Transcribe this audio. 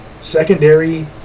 Secondary